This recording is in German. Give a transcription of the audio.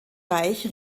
reich